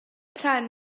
pren